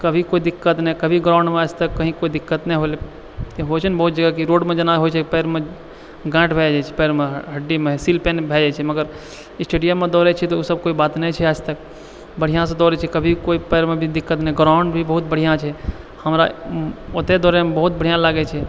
कभी कोइ दिक्कत नहि कभी ग्राउन्ड मे आजतक कोइ दिक्कत ने होइले होइछै ने बहुत जगह रोड मे जेना होइ छै पैर मे गाँठ भए जाइ छै पैर मे हड्डी मे सिल पैन भए जाइ छै मगर स्टेडियम मे दौड़ै छियै तऽ ओ सभ कोइ बात नहि होइ छै आजतक बढ़िऑंसँ दौड़ै छियै कभी कोइ दिक्कत नहि ग्राउन्ड भी बहुत बढ़िऑं छै हमरा ओतऽ दौड़ै मे बहुत बढ़िऑं लागै छै